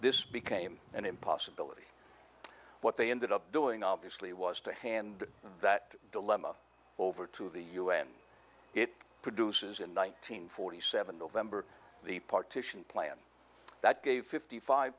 this became an impossibility what they ended up doing obviously was to hand that dilemma over to the u n it produces in one nine hundred forty seven november the partition plan that gave fifty five